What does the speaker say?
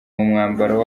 mwambaro